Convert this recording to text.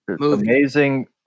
amazing